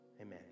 Amen